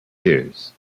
years